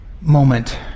moment